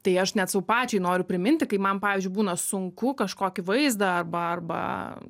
tai aš net sau pačiai noriu priminti kai man pavyzdžiui būna sunku kažkokį vaizdą arba arba